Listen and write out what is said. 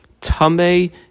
tame